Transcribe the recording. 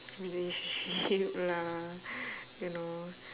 relationship lah you know